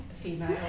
female